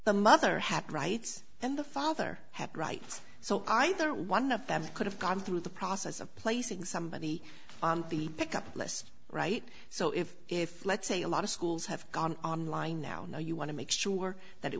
the mother had rights and the father had rights so either one of them could have gone through the process of placing somebody on the pick up less right so if if let's say a lot of schools have gone online now now you want to make sure that it